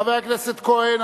חבר הכנסת כהן,